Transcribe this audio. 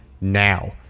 now